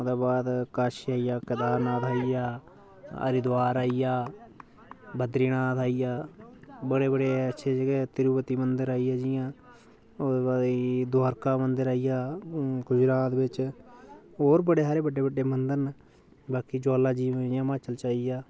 ओह्दे बाद काशी आई गेआ केदारनाथ आई गेआ हरिद्वार आई गेआ बद्रीनाथ आई गेआ बड़े बड़े अच्छें जगह् तिरुपति मंदर आई गेआ जियां ओह्दे बाद आई गेई द्वारका मंदर आई गेआ गुजराात बिच्च होर बड़े सारे बड्डे बड्डे मंदर न बाकी ज्वाला जी जियां हिमाचल च आई गेआ